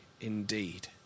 indeed